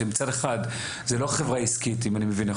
שמצד אחד זה לא חברה עסקית אם אני מבין,